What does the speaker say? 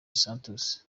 santos